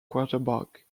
quarterback